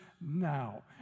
now